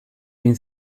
egin